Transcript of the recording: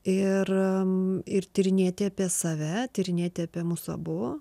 ir ir tyrinėti apie save tyrinėti apie mus abu